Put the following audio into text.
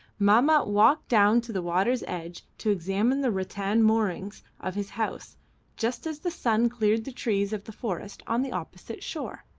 mahmat walked down to the water's edge to examine the rattan moorings of his house just as the sun cleared the trees of the forest on the opposite shore.